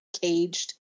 caged